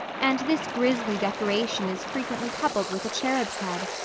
and this grizzly decoration is frequently coupled with a cherub's head.